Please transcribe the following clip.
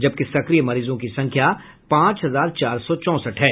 जबकि सक्रिय मरीजों की संख्या पांच हजार चार सौ चौसठ है